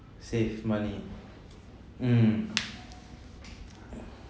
save money mm